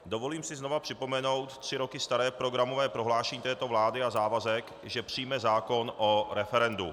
Dovolím si znova připomenout tři roky staré programové prohlášení vlády a závazek, že přijme zákon o referendu.